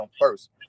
first